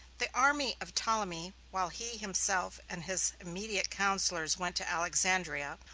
the army of ptolemy, while he himself and his immediate counselors went to alexandria,